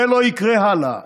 זה לא יקרה הלאה.